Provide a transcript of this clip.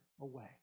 away